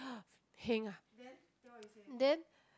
heng ah then